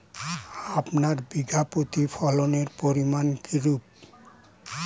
আপনার বিঘা প্রতি ফলনের পরিমান কীরূপ?